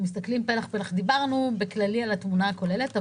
דיברנו בכללי על התמונה הכוללת,